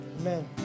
Amen